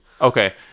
Okay